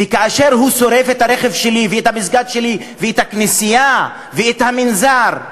וכאשר הוא שורף את הרכב שלי ואת המסגד שלי ואת הכנסייה ואת המנזר,